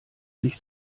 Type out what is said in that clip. sich